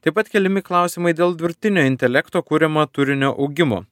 taip pat keliami klausimai dėl dirbtinio intelekto kuriamo turinio augimo